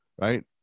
right